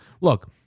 Look